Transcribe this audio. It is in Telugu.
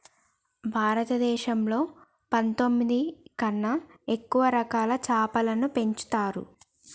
భారతదేశంలో పందొమ్మిది కన్నా ఎక్కువ రకాల చాపలని పెంచుతరు